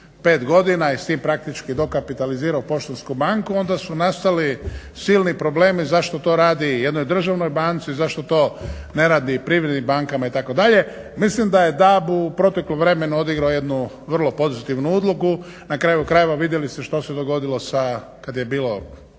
pet godina i s tim praktički dokapitalizirao Poštansku banku onda su nastali silni problemi zašto to radi jednoj državnoj banci, zašto to ne radi privrednim bankama itd. Mislim da je DAB u proteklom vremenu odigrao jednu vrlo pozitivnu ulogu, na kraju krajeva vidjeli ste što se dogodilo kad je bio